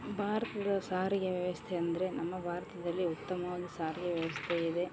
ಭಾರತದ ಸಾರಿಗೆ ವ್ಯವಸ್ಥೆ ಅಂದರೆ ನಮ್ಮ ಭಾರತದಲ್ಲಿ ಉತ್ತಮವಾದ ಸಾರಿಗೆ ವ್ಯವಸ್ಥೆ ಇದೆ